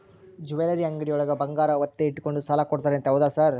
Jewellery ಅಂಗಡಿಯೊಳಗ ಬಂಗಾರ ಒತ್ತೆ ಇಟ್ಕೊಂಡು ಸಾಲ ಕೊಡ್ತಾರಂತೆ ಹೌದಾ ಸರ್?